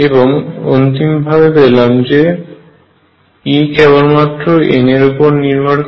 এবং অন্তিম ভাবে পেলাম যে E কেবলমত্র n এর উপরে নির্ভর করে